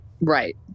right